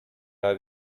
are